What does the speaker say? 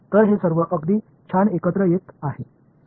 तर हे सर्व अगदी छान एकत्र येत आहे